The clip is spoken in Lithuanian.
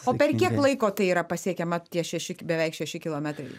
o per kiek laiko tai yra pasiekiama tie šeši beveik šeši kilometrai